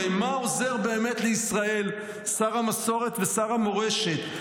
הרי מה עוזר באמת לישראל, שר המסורת ושר המורשת?